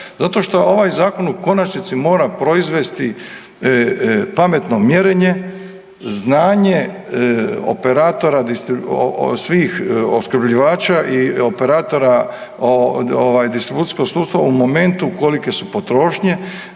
Zato što ovaj Zakon u konačnici mora proizvesti pametno mjerenje, znanje operatora, svih opskrbljivača i operatora distribucijskog sustava u momentu kolike su potrošnje